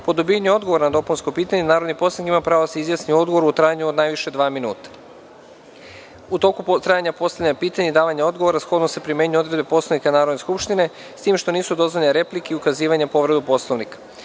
Po dobijanju odgovora na dopunsko pitanje, narodni poslanik ima pravo da se izjasni o odgovoru u trajanju od najviše dva minuta.U toku trajanja postavljanja pitanja i davanja odgovora, shodno se primenjuju odredbe Poslovnika Narodne skupštine, s tim što nisu dozvoljene replike i ukazivanja na povredu Poslovnika.U